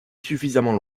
suffisamment